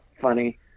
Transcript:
funny